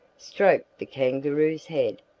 stroked the kangaroo's head,